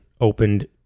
opened